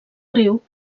riu